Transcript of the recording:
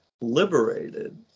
liberated